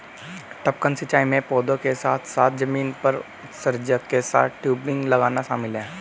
टपकन सिंचाई में पौधों के साथ साथ जमीन पर उत्सर्जक के साथ टयूबिंग लगाना शामिल है